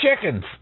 chickens